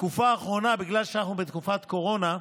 בתקופה האחרונה, בגלל שאנחנו בתקופת קורונה,